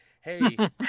Hey